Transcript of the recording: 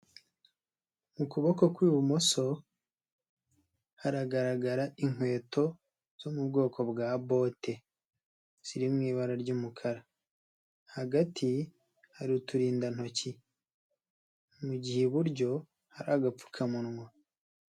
Mu kuboko kw'ibumoso, haragaragara inkweto zo mu bwoko bwa bote, ziri mu ibara ry'umukara, hagati hari uturindantoki, mugihe iburyo hari agapfukamunwa.